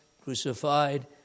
crucified